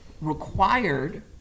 required